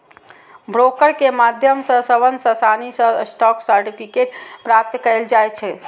broker के माध्यम सं सबसं आसानी सं स्टॉक सर्टिफिकेट प्राप्त कैल जा सकै छै